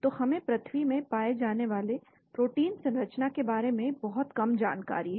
तो हमें पृथ्वी में पाए जाने वाले प्रोटीन संरचना के बारे में बहुत कम जानकारी है